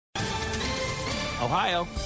Ohio